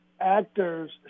actors